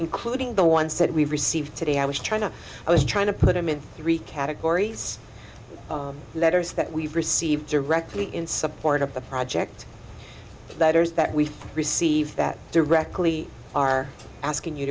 including the ones that we've received today i was trying to i was trying to put them in three categories letters that we've received directly in support of the project that is that we receive that directly our asking you